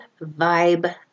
Vibe